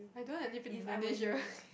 don't I live in Indonesia